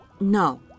No